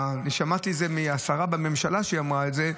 שמעתי את זה מהשרה בממשלה שאמרה את זה,